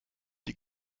die